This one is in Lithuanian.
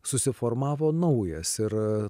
susiformavo naujas ir